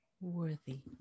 worthy